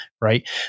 Right